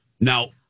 now